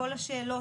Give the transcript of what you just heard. כל השאלות.